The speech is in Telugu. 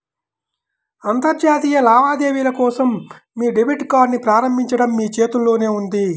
అంతర్జాతీయ లావాదేవీల కోసం మీ డెబిట్ కార్డ్ని ప్రారంభించడం మీ చేతుల్లోనే ఉంది